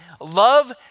love